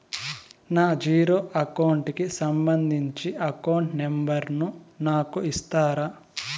నా zero account కి సంబంధించి అకౌంట్ నెంబర్ ను నాకు ఇస్తారా